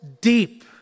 deep